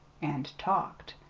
and talked.